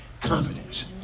confidence